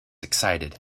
excited